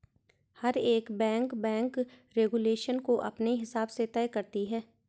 हर एक bank bank regulation को अपने हिसाब से तय करती है